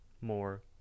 more